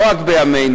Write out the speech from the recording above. לא רק בימינו,